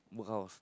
book house